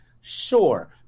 sure